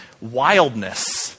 wildness